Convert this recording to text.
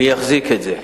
מי יחזיק את זה?